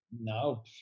No